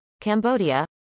Cambodia